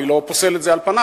אני לא פוסל את זה על פניו,